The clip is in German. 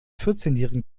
vierzehnjährigen